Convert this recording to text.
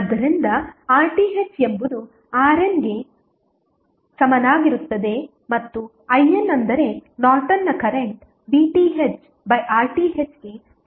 ಆದ್ದರಿಂದ RTh ಎಂಬುದು RNಗೆ ಸಮನಾಗಿರುತ್ತದೆ ಮತ್ತು IN ಅಂದರೆ ನಾರ್ಟನ್ನ ಕರೆಂಟ್ VThRThಗೆ ಸಮಾನವಾಗಿರುತ್ತದೆ